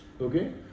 okay